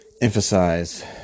emphasize